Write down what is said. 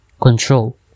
control